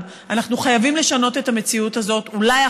שאתם לא מצליחים כי אתם לא רוצים,